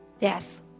death